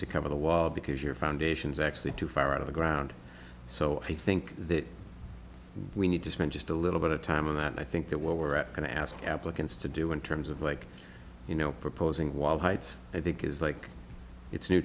to cover the wall because your foundation is actually too far out of the ground so i think that we need to spend just a little bit of time and i think that what we're going to ask applicants to do in terms of like you know proposing wild heights i think is like it's new